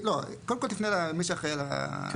קודם כל תפנה למשרד שאחראי על התשתית,